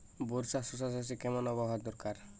বর্ষার শশা চাষে কেমন আবহাওয়া দরকার?